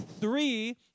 three